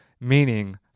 meaning